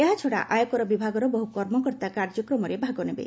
ଏହାଛଡ଼ା ଆୟକର ବିଭାଗର ବହୁ କର୍ମକର୍ତ୍ତା କାର୍ଯ୍ୟକ୍ରମରେ ଭାଗ ନେବେ